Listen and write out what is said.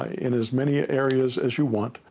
in as many areas as you want.